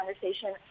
conversation